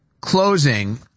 closing